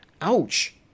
ouch